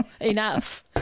Enough